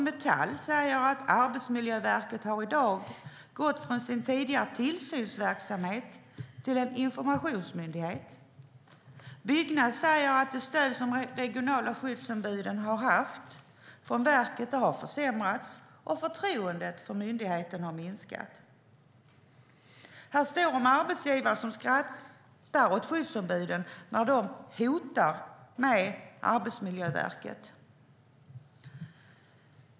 Metall säger: Arbetsmiljöverket har i dag gått från sin tidigare tillsynsverksamhet till att bli en informationsmyndighet. Byggnads säger: Det stöd som de regionala skyddsombuden har haft från verket har försämrats, och förtroendet för myndigheten har minskat. Här står också om arbetsgivare som skrattar år skyddsombuden när de "hotar" med Arbetsmiljöverket.